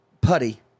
putty